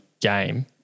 game